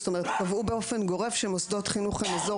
זאת אומרת קבעו באופן גורף שמוסדות חינוך הם אזור